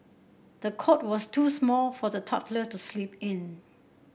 the cot was too small for the toddler to sleep in